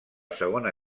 segona